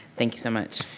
thank you so much.